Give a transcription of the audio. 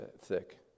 thick